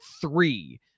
three